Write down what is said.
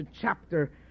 chapter